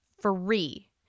free